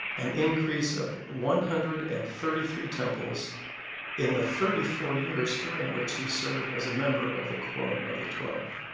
an increase of one hundred and thirty three temples in the thirty four years during which he served as a member of the quorum of the twelve.